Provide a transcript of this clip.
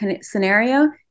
scenario